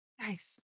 Nice